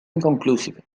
inconclusive